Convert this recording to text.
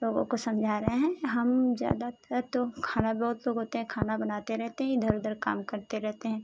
लोगों को समझा रहे हैं हम ज़्यादातर तो खाना बहुत लोग होते हैं खाना बनाते रहते हैं इधर उधर काम करते रहते हैं